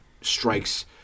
strikes